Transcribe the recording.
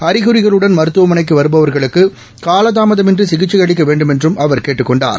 அறிகுறிகளுடன் மருத்துவமனைக்குவருபவா்களுக்குகாலதாமதமின்றிசிகிச்சைஅளிக்கவேண்டுமென்றும் அவர் கேட்டுக் கொண்டார்